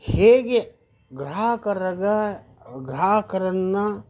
ಹೇಗೆ ಗ್ರಾಹಕರ್ರಗೆ ಗ್ರಾಹಕರನ್ನು